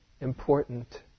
important